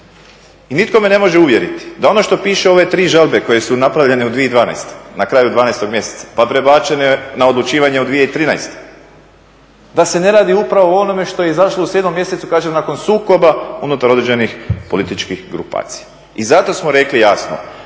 I nitko me ne može uvjeriti da ono što piše u ove tri žalbe koje su napravljene u 2012. na kraju 12 mjeseca, pa prebačene na odlučivanje u 2013. da se ne radi upravo o onome što je izašlo u 7 mjesecu kažem nakon sukoba unutar određenih političkih grupacija. I zato smo rekli jasno,